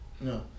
No